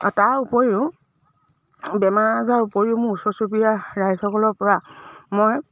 তাৰ উপৰিও বেমাৰ আজাৰ উপৰিও মোৰ ওচৰ চুবুৰীয়া ৰাইজসকলৰ পৰা মই